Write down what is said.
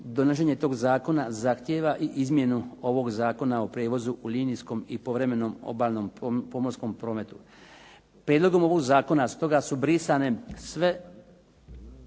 donošenje toga zakona zahtjeva i izmjenu ovog Zakona o prijevozu u linijskom i povremenom obalnom pomorskom prometu. Prijedlogom ovog zakona stoga su brisane sve